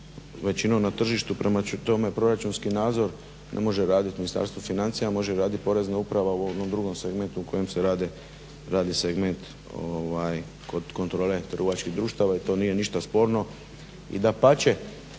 većinom na tržištu prema tome proračunski nadzor ne može raditi Ministarstvo financija, može raditi porezna uprava u ovom drugom segmentu u kojem se radi segment kod kontrole trgovačkih društava i to nije ništa sporno. I dapače